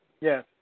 Yes